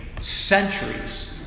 centuries